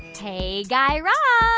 hey, guy raz